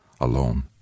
alone